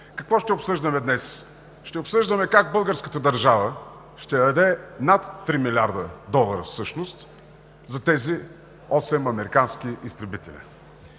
Какво ще обсъждаме днес? Ще обсъждаме как българската държава ще даде над три милиарда долара всъщност за тези осем американски изтребителя.